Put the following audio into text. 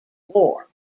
war